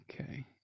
okay